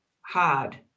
hard